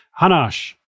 Hanash